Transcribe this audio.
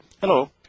Hello